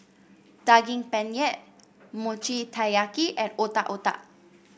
Daging Penyet Mochi Taiyaki and Otak Otak